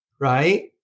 right